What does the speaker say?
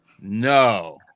No